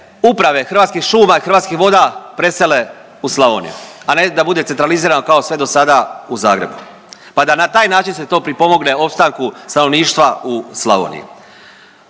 uprave Hrvatskih šuma i Hrvatskih voda presele u Slavoniju, a ne da bude centralizirano kao sve dosada u Zagrebu, pa da na taj način se to pripomogne opstanku stanovništva u Slavoniji.